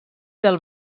del